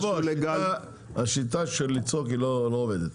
בוא, השיטה של לצעוק היא לא עובדת.